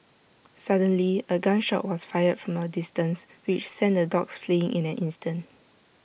suddenly A gun shot was fired from A distance which sent the dogs fleeing in an instant